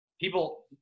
people